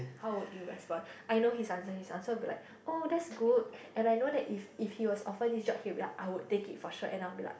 how would you respond I know his answer his answer will be like oh that's good and I know that if if he was offered this job he will be like I would take it for sure and I will be like